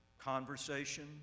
conversation